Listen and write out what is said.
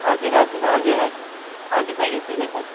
हजुर हजुर हजुर हजुर हजुर बैनी ठिकै छ